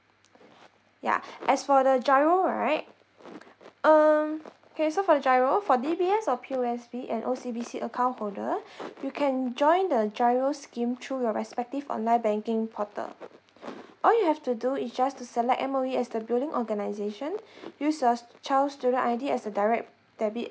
ya as for the GIRO right um okay so for the GIRO for D_B_S or P_O_S_B and O_C_B_C account holder you can join the GIRO scheme through your respective online banking portal all you have to do is just to select M_O_E as the billing organisation use your child's student I_D as a direct debit